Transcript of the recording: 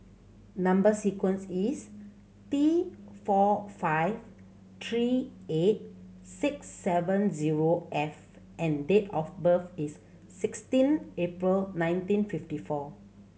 number sequence is T four five three eight six seven zero F and date of birth is sixteen April nineteen fifty four